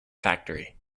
factory